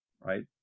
right